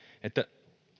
että